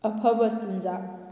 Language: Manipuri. ꯑꯐꯕ ꯆꯤꯟꯖꯥꯛ